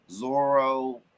Zorro